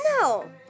No